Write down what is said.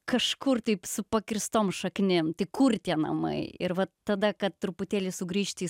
kažkur taip su pakirstom šaknim tai kur tie namai ir vat tada kad truputėlį sugrįžti į